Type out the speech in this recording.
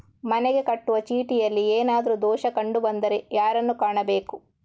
ಮನೆಗೆ ಕಟ್ಟುವ ಚೀಟಿಯಲ್ಲಿ ಏನಾದ್ರು ದೋಷ ಕಂಡು ಬಂದರೆ ಯಾರನ್ನು ಕಾಣಬೇಕು?